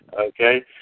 Okay